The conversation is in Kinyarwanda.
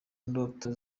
ndoto